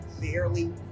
barely